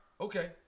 Okay